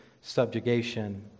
subjugation